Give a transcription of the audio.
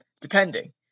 depending